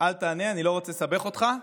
אל תענה, אני לא רוצה לסבך אותך.